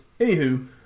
Anywho